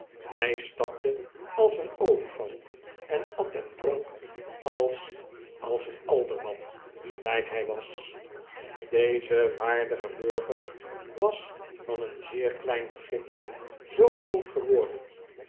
hy stapte als een olifant en at en dronk als als een alderman gelyk hy was deze waardige burger was van een zeer klein begin zoo groot geworden